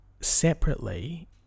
separately